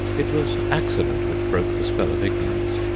it was accident which broke the spell of ignorance.